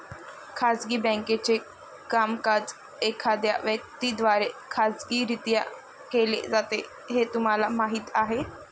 खाजगी बँकेचे कामकाज एखाद्या व्यक्ती द्वारे खाजगीरित्या केले जाते हे तुम्हाला माहीत आहे